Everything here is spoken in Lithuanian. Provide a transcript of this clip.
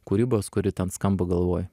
kūrybos kuri ten skamba galvoj